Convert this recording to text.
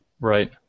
Right